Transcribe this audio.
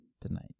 tonight